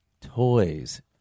toys